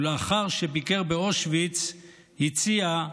ולאחר שביקר באושוויץ הציע,